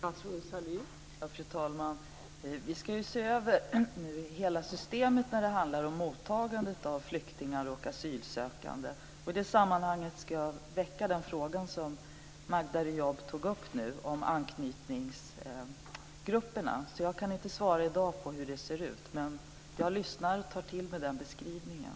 Fru talman! Vi ska nu se över hela systemet för mottagande av flyktingar och asylsökande. I det sammanhanget ska jag väcka den fråga om Magda Ayoub tog upp om anknytningsgrupperna. Jag kan inte i dag svara på hur det ser ut, men jag lyssnar och tar till mig beskrivningen.